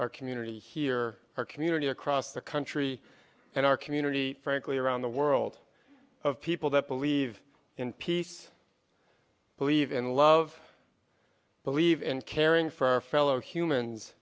our community here our community across the country and our community frankly around the world of people that believe in peace believe in love believe in caring for our fellow humans